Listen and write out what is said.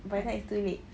by that time it's too late